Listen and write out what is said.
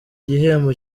gihembo